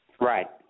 Right